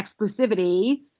exclusivity